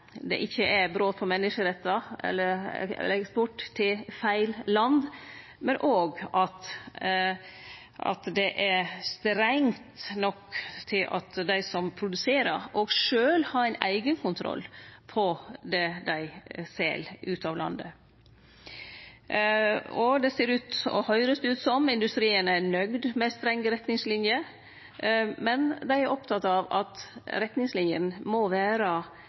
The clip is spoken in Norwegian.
det ikkje er brot på menneskerettar eller leigd bort til feil land, og at det er strengt nok til at dei som produserer, sjølve har eigenkontroll på det dei sel ut av landet. Det ser og høyrest ut som om industrien er nøgd med strenge retningslinjer, men dei er opptekne av at retningslinjene må